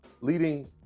leading